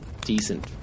decent